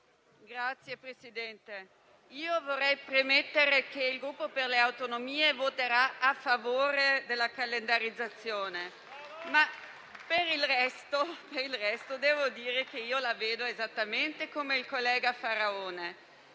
Signor Presidente, vorrei premettere che il Gruppo per le Autonomie voterà a favore della calendarizzazione. Per il resto la vedo esattamente come il collega Faraone.